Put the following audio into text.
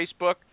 Facebook